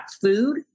food